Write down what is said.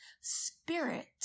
Spirit